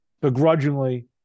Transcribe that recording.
begrudgingly